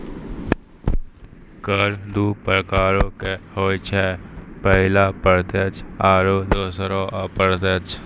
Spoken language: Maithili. कर दु प्रकारो के होय छै, पहिला प्रत्यक्ष आरु दोसरो अप्रत्यक्ष